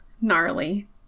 Gnarly